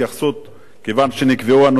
כיוון שנקבעו הנושאים מראש,